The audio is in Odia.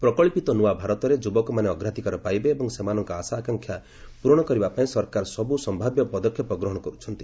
ପ୍ରକଳ୍ପିତ ନୂଆ ଭାରତରେ ଯୁବକମାନେ ଅଗ୍ରାଧିକାର ପାଇବେ ଏବଂ ସେମାନଙ୍କ ଆଶା ଆକାଂକ୍ଷା ପୂରଣ କରିବା ପାଇଁ ସରକାର ସବୁ ସମ୍ଭାବ୍ୟ ପଦକ୍ଷେପ ଗ୍ରହଣ କରୁଛନ୍ତି